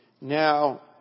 Now